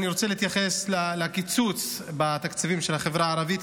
אני רוצה להתייחס לקיצוץ בתקציבים של החברה הערבית.